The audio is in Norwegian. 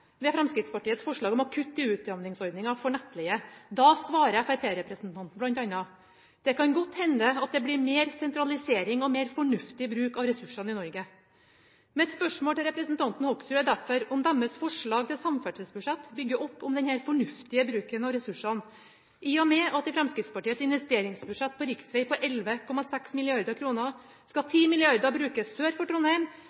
ved Fremskrittspartiets forslag om å kutte i utjevningsordningen for nettleie. Da svarer fremskrittspartirepresentanten bl.a.: «Det kan godt hende at det blir mer sentralisering og mer fornuftig bruk av ressursene i Norge.» Mitt spørsmål til representanten Hoksrud er derfor om deres forslag til samferdselsbudsjett bygger opp om denne «fornuftige» bruken av ressursene, i og med at av Fremskrittspartiets investeringsbudsjett for riksvei på 11,6 mrd. kr skal